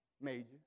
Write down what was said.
Major